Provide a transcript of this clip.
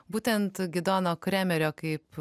būtent gidono kremerio kaip